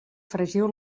fregiu